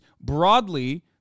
broadly